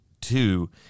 Two